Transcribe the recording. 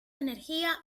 energía